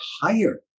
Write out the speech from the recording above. higher